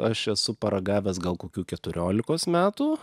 aš esu paragavęs gal kokių keturiolikos metų